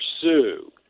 pursue